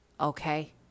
okay